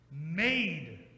Made